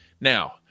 Now